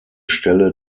stelle